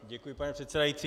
Děkuji, pane předsedající.